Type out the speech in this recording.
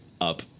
up